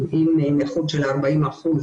לאיזון מצבם הנפשי של אנשים עם תחלואה כפולה לעומת